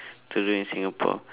to do in singapore